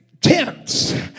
tents